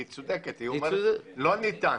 היא אומרת שלא ניתן